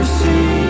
see